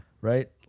right